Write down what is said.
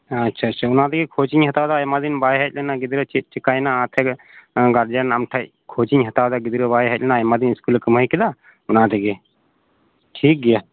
ᱟᱪᱪᱷᱟ ᱟᱪᱪᱷᱟ ᱚᱱᱟ ᱛᱮᱜᱮ ᱠᱷᱚᱡᱽ ᱤᱧ ᱦᱟᱛᱟᱣᱮᱫᱟ ᱟᱭᱢᱟ ᱫᱤᱱ ᱵᱟᱭ ᱦᱮᱡ ᱞᱮᱱᱟ ᱜᱤᱫᱽᱨᱟᱹ ᱪᱮᱫ ᱪᱮᱠᱟᱭᱮᱱᱟ ᱢᱟᱥᱮ ᱜᱟᱨᱡᱮᱱ ᱟᱢ ᱴᱷᱮᱡ ᱠᱷᱚᱡᱽ ᱤᱧ ᱦᱟᱛᱟᱣᱮᱫᱟ ᱜᱤᱫᱽᱨᱟᱹ ᱵᱟᱭ ᱦᱮᱡ ᱞᱮᱱᱟ ᱟᱭᱢᱟᱫᱤᱱ ᱥᱠᱩᱞ ᱮ ᱠᱟᱹᱢᱦᱟᱹᱭ ᱠᱮᱫᱟ ᱚᱱᱟ ᱛᱮᱜᱮ ᱴᱷᱤᱠ ᱜᱮᱭᱟ